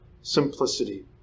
simplicity